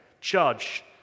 judge